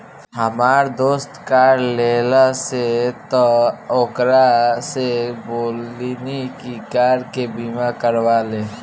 हामार दोस्त कार लेहलस त ओकरा से बोलनी की कार के बीमा करवा ले